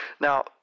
Now